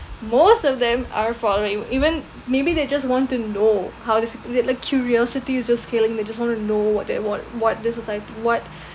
most of them are following even maybe they just want to know how does the like curiosities is just scaling they just want to know what they what what the society what